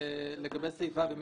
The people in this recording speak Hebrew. לגבי סעיף (ו).